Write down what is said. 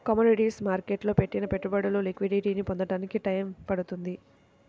commodities మార్కెట్టులో పెట్టిన పెట్టుబడులు లిక్విడిటీని పొందడానికి టైయ్యం పడుతుంది